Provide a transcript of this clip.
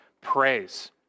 praise